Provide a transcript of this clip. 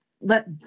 let